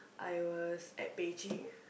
I was at Beijing